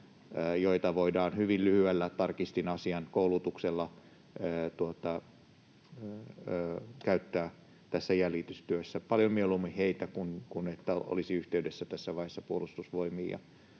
joita voidaan hyvin lyhyellä — tarkistin asian — koulutuksella käyttää tässä jäljitystyössä, paljon mieluummin heitä kuin niin, että oltaisiin yhteydessä tässä vaiheessa Puolustusvoimiin